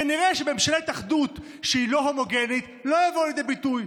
כנראה שבממשלת אחדות שהיא לא הומוגנית הם לא יבואו לידי ביטוי.